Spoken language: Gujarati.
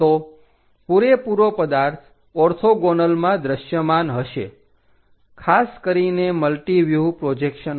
તો પૂરેપૂરો પદાર્થ ઓર્થોગોનલમાં દ્રશ્યમાન હશે ખાસ કરીને મલ્ટિવ્યુહ પ્રોજેક્શનમાં